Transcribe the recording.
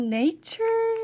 nature